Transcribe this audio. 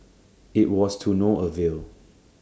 IT was to no avail